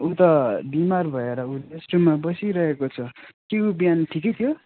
उ त बिमार भएर उ रेस्ट रुममा बसिरहेको छ के उ बिहान ठिकै थियो